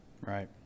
Right